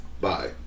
Bye